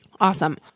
awesome